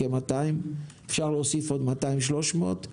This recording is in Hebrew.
אפשר להוסיף עוד 300-200,